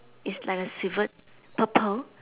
it's like a swive~ purple